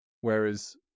Whereas